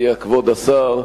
הגיע כבוד השר,